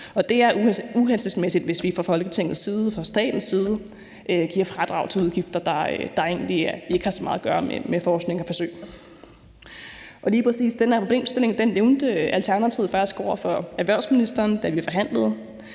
det er uhensigtsmæssigt, hvis vi fra Folketingets side, fra statens side giver fradrag til udgifter, der egentlig ikke har så meget at gøre med forskning og forsøg. Lige præcis den her problemstilling nævnte Alternativet faktisk over for erhvervsministeren, da vi forhandlede.